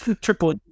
triple